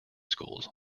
schools